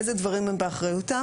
איזה דברים הם באחריותם.